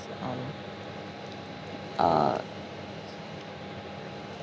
um uh